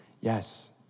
Yes